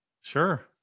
Sure